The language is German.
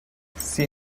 sie